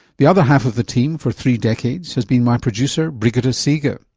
the other half of the team for three decades has been my producer brigitte seega,